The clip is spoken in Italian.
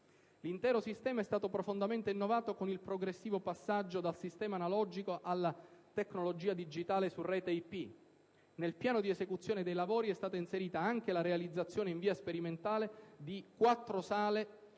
L'intero sistema è stato profondamente innovato, con il progressivo passaggio dal sistema analogico alla tecnologia digitale su rete IP. Nel piano di esecuzione dei lavori è stata inserita anche la realizzazione in via sperimentale di quattro sale